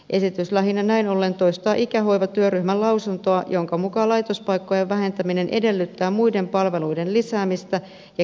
esitys lähinnä näin ollen toistaa ikähoiva työryhmän lausuntoa jonka mukaan laitospaikkojen vähentäminen edellyttää muiden palveluiden lisäämistä ja kehittämistä